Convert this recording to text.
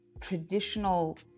traditional